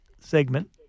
segment